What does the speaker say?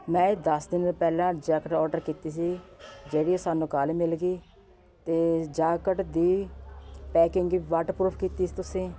ਮੈਂ ਦਸ ਦਿਨ ਪਹਿਲਾਂ ਜੈਕੇਟ ਔਡਰ ਕੀਤੀ ਸੀ ਜਿਹੜੀ ਸਾਨੂੰ ਕੱਲ੍ਹ ਮਿਲ ਗਈ ਅਤੇ ਜਾਕਟ ਦੀ ਪੈਕਿੰਗ ਵੀ ਵਾਟਰਪਰੂਫ ਕੀਤੀ ਸੀ ਤੁਸੀਂ